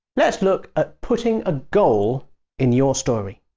let's look at putting a goal in your story.